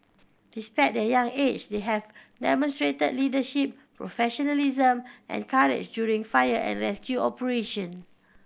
despite their young age they have demonstrated leadership professionalism and courage during fire and rescue operation